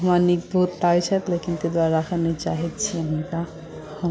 लेकिन ताहि दुआरे अखन नहि चाहै छी हुनका हम